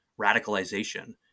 radicalization